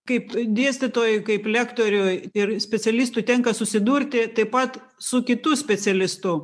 kaip dėstytojui kaip lektoriui ir specialistui tenka susidurti taip pat su kitu specialistu